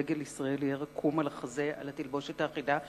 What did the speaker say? שדגל ישראל יהיה רקום על החזה בתלבושת האחידה,